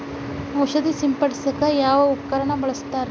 ಔಷಧಿ ಸಿಂಪಡಿಸಕ ಯಾವ ಉಪಕರಣ ಬಳಸುತ್ತಾರಿ?